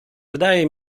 wydaje